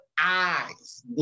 eyes